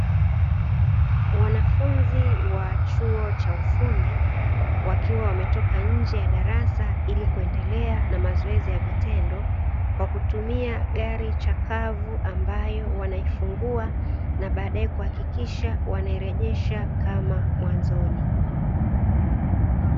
Wanafunzi wa chuo cha ufundi, wakiwa wametoka nje ya darasa ili kuendelea na mazoezi ya vitendo, kwa kutumia gari chakavu ambayo wanaifungua na baadae kuhakikisha wanairejesha kama mwanzoni.